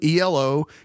ELO